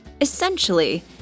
Essentially